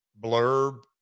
blurb